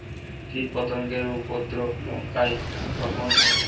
কীটপতেঙ্গর উপদ্রব লঙ্কায় কখন হয়?